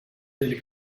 delle